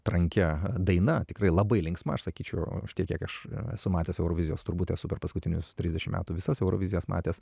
trankia daina tikrai labai linksma aš sakyčiau tiek kiek aš esu matęs eurovizijos turbūt esu per paskutinius trisdešimt metų visas eurovizijas matęs